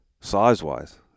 size-wise